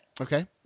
Okay